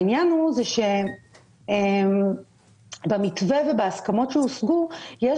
העניין הוא שבמתווה ובהסכמות שהושגו יש